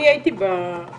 אני הייתי בבלומפילד,